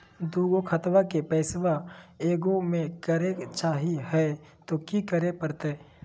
दू गो खतवा के पैसवा ए गो मे करे चाही हय तो कि करे परते?